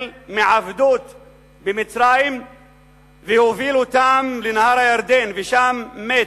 מעבדות במצרים והוביל אותם לנהר הירדן ושם מת,